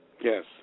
Yes